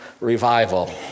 revival